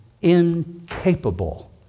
incapable